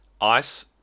Ice